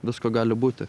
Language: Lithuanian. visko gali būti